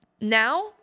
Now